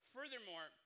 Furthermore